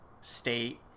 state